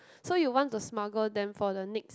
so you want to smuggle them for the next